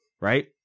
Right